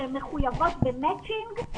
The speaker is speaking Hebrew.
שהן מחויבות במצ'ינג.